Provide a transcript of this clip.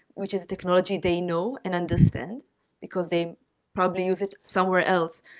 which is technology they know and understand because they probably use it somewhere else.